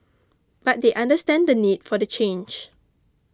but they understand the need for the change